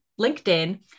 LinkedIn